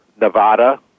Nevada